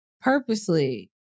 purposely